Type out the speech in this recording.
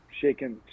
shaking